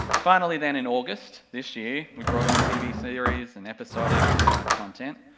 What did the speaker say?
finally then in august this year, we brought on tv series and episodic content,